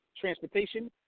transportation